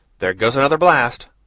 there goes another blast.